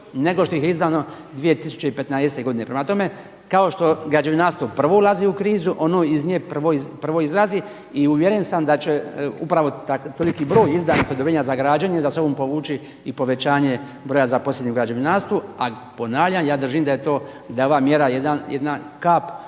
nego što ih je izdano 2015. godine. Prema tome, kao što građevinarstvo prvo ulazi u krizu ono iz nje prvo izlazi i uvjeren sam da će upravo toliki broj izdanih odobrenja za građenje za sobom povući i povećanje broja zaposlenih u građevinarstvu. A ponavljam, ja držim da je ova mjera jadna kap,